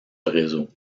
réseau